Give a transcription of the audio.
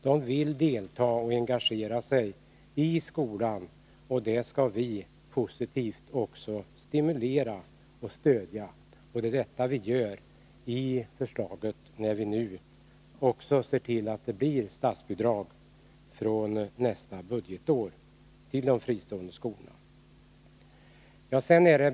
De vill delta och engagera sig i skolan, och detta skall vi positivt stimulera och stödja. Det är vad vi gör genom förslaget om statsbidrag från nästa budgetår till de fristående skolorna.